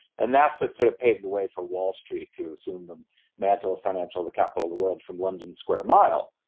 and that's what sort of paved the way for wall street to assume the mantle of financial the capital of the world from london's square mile.